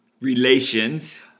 relations